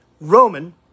Roman